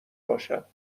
باشد